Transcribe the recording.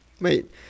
Wait